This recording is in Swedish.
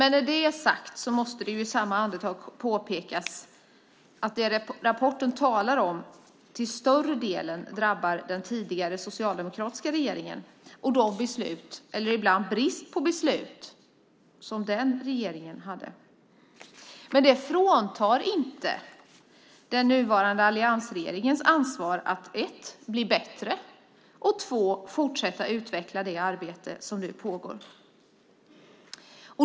När det är sagt måste dock i samma andetag påpekas att större delen av det som tas upp i rapporten drabbar den tidigare socialdemokratiska regeringen och de beslut som den regeringen fattade, eller inte fattade. Men det fråntar inte den nuvarande alliansregeringen ansvaret att bli bättre och att fortsätta att utveckla det arbete som pågår.